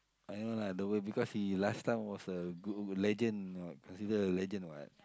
I know lah the way because he last time was a good legend considered a legend [what]